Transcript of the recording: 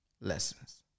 Lessons